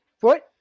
foot